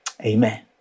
Amen